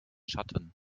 schatten